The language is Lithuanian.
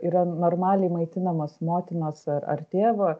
yra normaliai maitinamas motinos ar tėvo